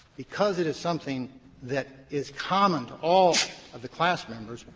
because it is something that is common all of the class members,